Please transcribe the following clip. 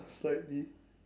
slightly